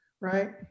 right